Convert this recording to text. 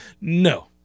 No